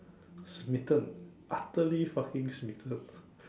smitten utterly fucking smitten